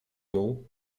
muł